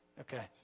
Okay